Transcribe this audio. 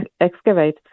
excavate